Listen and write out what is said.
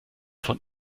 von